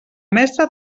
mestre